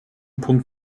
punkt